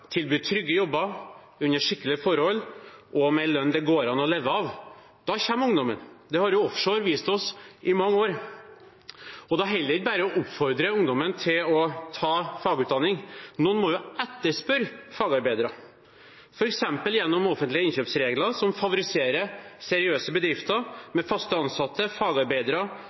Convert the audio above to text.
trygge jobber under sikre forhold og med en lønn det går an å leve av. Da kommer ungdommen. Det har offshore vist oss i mange år. Da holder det ikke bare å oppfordre ungdommen til å ta fagutdanning, noen må etterspørre fagarbeidere, f.eks. gjennom offentlige innkjøpsregler som favoriserer seriøse bedrifter med faste ansatte, fagarbeidere